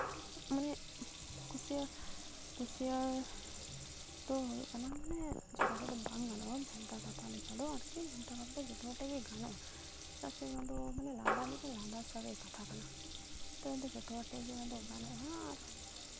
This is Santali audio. ᱢᱟᱱᱮ ᱠᱩᱥᱤᱭᱟᱹ ᱠᱩᱥᱤᱭᱟᱹ ᱦᱩᱭᱩᱜ ᱠᱟᱱᱟ ᱢᱟᱱᱮ ᱡᱚᱛᱚ ᱴᱷᱮᱡ ᱫᱚ ᱵᱟᱝ ᱜᱟᱱᱚᱜᱼᱟ ᱵᱷᱮᱱᱛᱟ ᱠᱟᱛᱷᱟ ᱞᱮᱠᱟᱫᱚ ᱟᱨᱠᱤ ᱵᱷᱮᱱᱛᱟ ᱠᱟᱛᱷᱟ ᱫᱚ ᱡᱚᱛᱚ ᱦᱚᱲ ᱴᱷᱮᱡ ᱜᱮ ᱜᱟᱱᱚᱜᱼᱟ ᱪᱮᱫᱟᱜ ᱥᱮ ᱚᱱᱟᱫᱚ ᱞᱟᱸᱫᱟ ᱢᱤᱫᱴᱮᱡ ᱞᱟᱸᱫᱟ ᱥᱟᱹᱜᱟᱹᱭ ᱠᱟᱛᱷᱟ ᱠᱟᱱᱟ ᱱᱮᱛᱟᱨ ᱫᱚ ᱡᱚᱛᱚ ᱦᱚᱲ ᱴᱷᱮᱡ ᱜᱮ ᱚᱱᱟᱫᱚ ᱜᱟᱱᱚᱜᱼᱟ ᱟᱨ